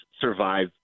survive